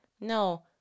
No